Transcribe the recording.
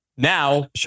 Now